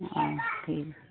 অঁ ঠিক আছে